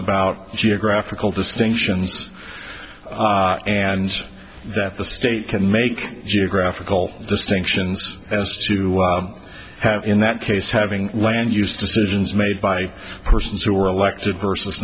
about geographical distinctions and that the state can make geographical distinctions as to have in that case having land use decisions made by persons who are elected versus